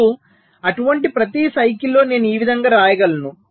ఇప్పుడు అటువంటి ప్రతి సైకిల్ లో నేను ఈ విధంగా వ్రాయగలను